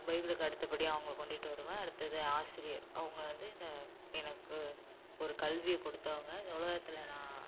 பைபிளுக்கு அடுத்தபடி அவங்கள கொண்டிகிட்டு வருவேன் அடுத்தது ஆசிரியர் அவங்கள வந்து இந்த எனக்கு ஒரு கல்வியை கொடுத்தவங்க இந்த உலகத்துல நான்